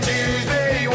Tuesday